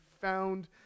found